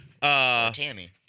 Tammy